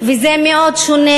וזה מאוד שונה,